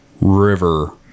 River